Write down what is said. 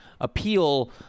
appeal